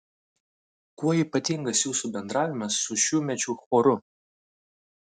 kuo ypatingas jūsų bendravimas su šiųmečiu choru